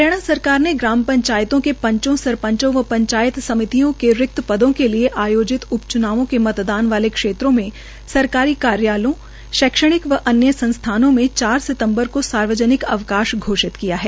हरियाणा सरकार ने ग्राम पंचायतों के पंचों सरपंचों और पंचायत समितियों के रिक्त पदों के लिए आयोजित उप च्नावों के मतदान वाले क्षेत्रों में सरकारी कार्यालयो शैक्षणिक व अन्य संस्थाओं में चार सितम्बर को सार्वजनिक अवकाश घोषित किया है